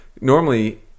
Normally